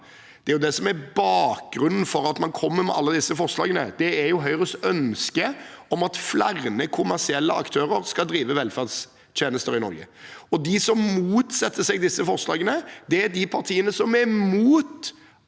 velferden. Bakgrunnen for at man kommer med alle disse forslagene, er jo Høyres ønske om at flere kommersielle aktører skal drive velferdstjenester i Norge. De som motsetter seg disse forslagene, er de partiene som er mot